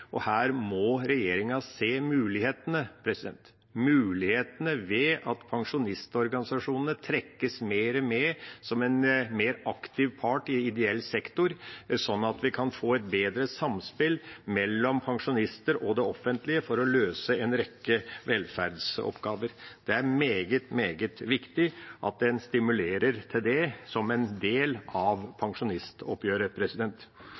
og her må regjeringa se mulighetene – mulighetene ved at pensjonistorganisasjonene trekkes mer med som en mer aktiv part i ideell sektor, slik at vi kan få et bedre samspill mellom pensjonister og det offentlige for å løse en rekke velferdsoppgaver. Det er meget, meget viktig at en stimulerer til det som en del av